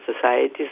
societies